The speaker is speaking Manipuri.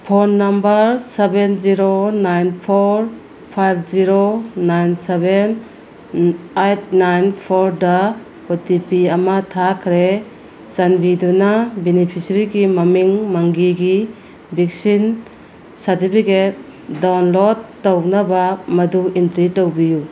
phone number seven zero nine four five zero nine seven eight nine ꯐꯣꯔꯗ ꯑꯣ ꯇꯤ ꯄꯤ ꯑꯃ ꯊꯥꯈ꯭ꯔꯦ ꯆꯥꯟꯕꯤꯗꯨꯅ ꯕꯦꯅꯤꯐꯤꯁꯔꯤꯒꯤ ꯃꯃꯤꯡ ꯃꯪꯒꯤꯒꯤ ꯕꯦꯛꯁꯤꯟ ꯁꯥꯥꯔꯇꯤꯐꯤꯀꯦꯠ ꯗꯥꯎꯟꯂꯣꯠ ꯇꯧꯅꯕ ꯃꯗꯨ ꯑꯦꯟꯇ꯭ꯔꯤ ꯇꯧꯕꯤꯌꯨ